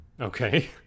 Okay